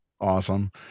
Awesome